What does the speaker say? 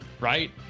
right